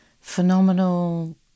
Phenomenal